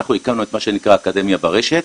אנחנו הקמנו את מה שנקרא אקדמיה ברשת,